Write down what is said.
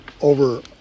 over